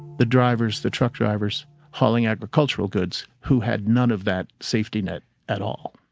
the drivers the truck drivers hauling agricultural goods who had none of that safety net at all.